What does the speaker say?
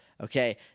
Okay